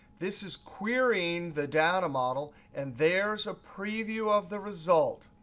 this is querying the data model. and there's a preview of the result.